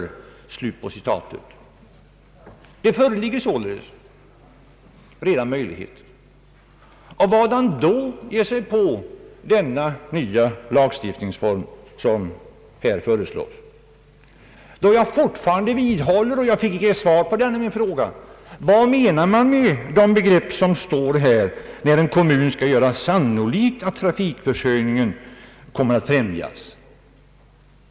Möjligheter föreligger således redan. Varför då ge sig på den nya lagstiftningsform som här föreslås? Jag fick inte svar på min fråga om vad man menar med uttrycket att en kommun skall göra ”sannolikt” att trafikförsörjningen kommer att främjas.